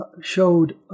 showed